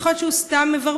יכול להיות שהוא סתם מברבר,